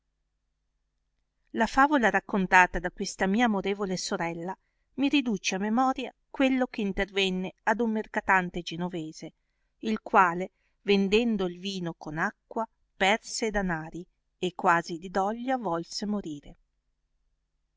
la favola raccontata da questa mia amorevole sorella mi riduce a memoria quello che intervenne ad un mercatante genovese il quale vendendo il vino con acqua perse e danari e quasi di doglia volse morire